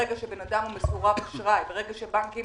ברגע שבן אדם הוא מסורב אשראי, ברגע שבנקים